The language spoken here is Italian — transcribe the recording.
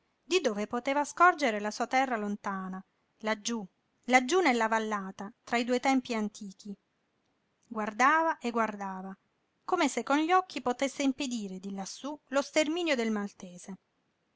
di dove poteva scorgere la sua terra lontana laggiú laggiú nella vallata tra i due tempii antichi guardava e guardava come se con gli occhi potesse impedire di lassú lo sterminio del maltese